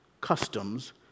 customs